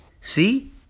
See